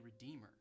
redeemer